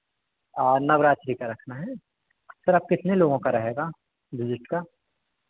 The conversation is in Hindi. नवरात्रि का रखना है सर कितने लोगों का रहेगा विज़िट का